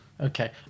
Okay